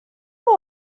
been